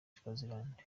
swaziland